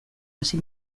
hasi